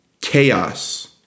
chaos